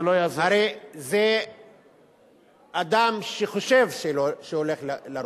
הרי זה אדם שחושב שהוא הולך לרוץ,